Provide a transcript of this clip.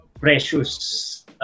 Precious